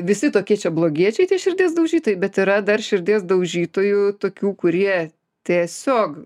visi tokie čia blogiečiai tie širdies daužytojai bet yra dar širdies daužytojų tokių kurie tiesiog